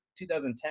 2010